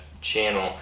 channel